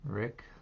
Rick